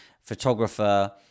photographer